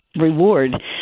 reward